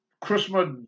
christmas